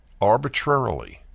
arbitrarily